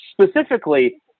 Specifically